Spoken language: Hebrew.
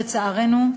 לצערנו,